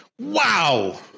wow